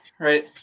right